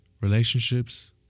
relationships